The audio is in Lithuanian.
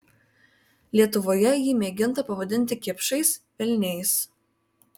lietuvoje jį mėginta pavadinti kipšais velniais